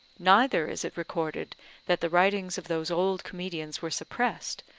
neither is it recorded that the writings of those old comedians were suppressed,